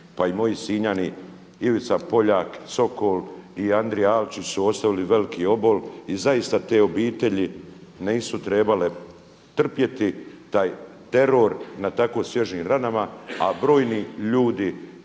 pa i moji Sinjani Ivica Poljak Sokol i Andrija Alčić su ostavili veliki obol. I zaista te obitelji nisu trebale trpjeti taj teror na tako svježim ranama a brojni ljudi,